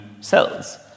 cells